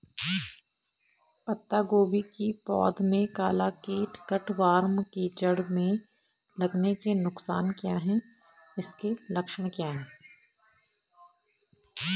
पत्ता गोभी की पौध में काला कीट कट वार्म के जड़ में लगने के नुकसान क्या हैं इसके क्या लक्षण हैं?